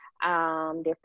different